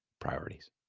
priorities